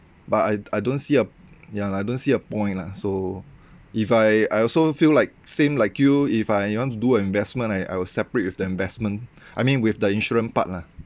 but I I don't see a ya I don't see a point lah so if I I also feel like same like you if I want to do an investment I I will separate with the investment I mean with the insurance part lah